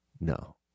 No